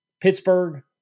Pittsburgh